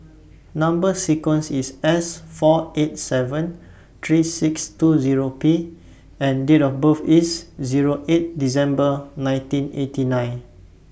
Number sequence IS S four eight seven three six two Zero P and Date of birth IS Zero eight December nineteen eighty nine